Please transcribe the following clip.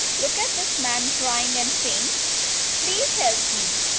look at this man crying and saying please help me.